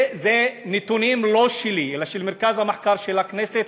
אלה לא נתונים שלי אלא של מרכז המחקר של הכנסת,